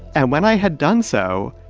and when i had done so,